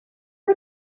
are